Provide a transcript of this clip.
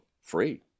free